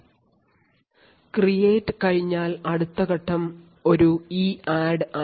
Refer Slide Time 0712 Create കഴിഞ്ഞാൽ അടുത്ത ഘട്ടം ഒരു EADD നിർദ്ദേശമാണ്